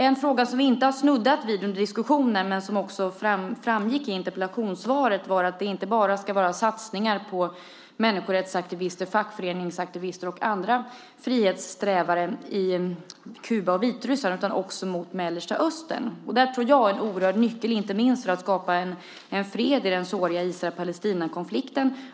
En fråga som vi inte har snuddat vid under diskussionen men som också framgick i interpellationssvaret var att det inte bara ska vara satsningar på människorättsaktivister, fackföreningsaktivister och andra frihetssträvare i Kuba och Vitryssland utan också i Mellanöstern. Jag tror att det är en oerhört viktig nyckel inte minst för att skapa fred i den såriga Israel-Palestina-konflikten.